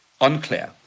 unclear